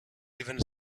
even